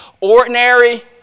ordinary